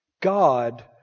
God